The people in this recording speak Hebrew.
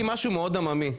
ראיתי משהו מאוד עממי,